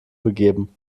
begeben